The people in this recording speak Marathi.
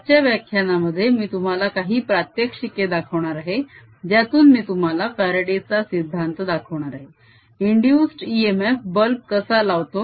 आजच्या व्याख्यानामध्ये मी तुम्हाला काही प्रात्यक्षिके दाखवणार आहे ज्यातून मी तुम्हाला फ्यारडे चा सिद्धांत दाखवणार आहे - इंदुस्ड इएमएफ बल्ब कसा लावतो